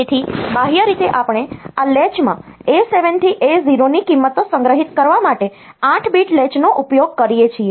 તેથી બાહ્ય રીતે આપણે આ લેચ માં A7 થી A0 ની કિંમતો સંગ્રહિત કરવા માટે 8 બીટ લેચનો ઉપયોગ કરીએ છીએ